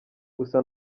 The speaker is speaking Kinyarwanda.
gusa